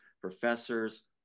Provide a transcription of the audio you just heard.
professors